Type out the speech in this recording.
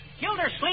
Gildersleeve